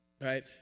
Right